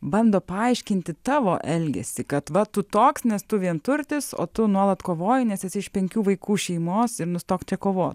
bando paaiškinti tavo elgesį kad va tu toks nes tu vienturtis o tu nuolat kovoji nes esi iš penkių vaikų šeimos ir nustokite kovot